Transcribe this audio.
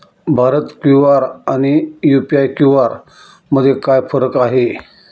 Bharat QR आणि UPI QR मध्ये काय फरक आहे?